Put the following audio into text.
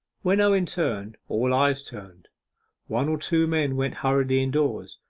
when owen turned, all eyes turned one or two men went hurriedly indoors,